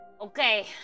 Okay